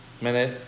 minute